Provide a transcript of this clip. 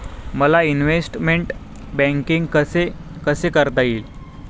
मला investment banking कसे कसे करता येईल?